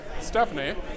stephanie